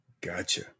Gotcha